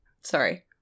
sorry